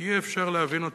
כי אי-אפשר להבין אותם.